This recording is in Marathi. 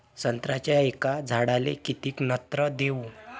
संत्र्याच्या एका झाडाले किती नत्र देऊ?